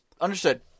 Understood